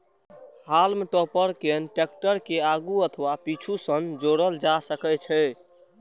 हाल्म टॉपर कें टैक्टर के आगू अथवा पीछू सं जोड़ल जा सकै छै